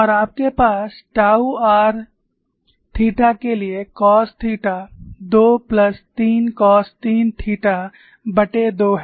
और आपके पास टाऊ r थीटा के लिए कॉस थीटा 2 प्लस 3 कॉस 3 थीटाबटे 2 है